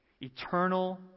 Eternal